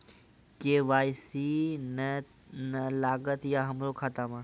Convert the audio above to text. KYC ने न लागल या हमरा खाता मैं?